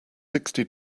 sixty